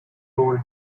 old